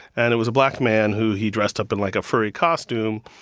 and it was a black man who he dressed up in, like, a furry costume,